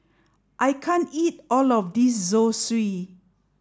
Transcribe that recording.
I can't eat all of this Zosui